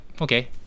Okay